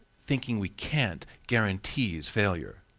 thinking we can't guarantees failure.